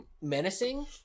Menacing